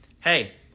hey